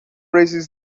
raises